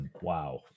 wow